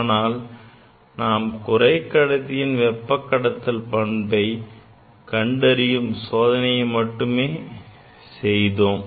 ஆனால் நாம் குறைக்கடத்தியின் வெப்ப கடத்தல் பண்பை கண்டறியும் சோதனையை மட்டும் செய்தோம்